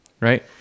right